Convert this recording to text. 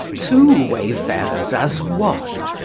two wayfarers as one,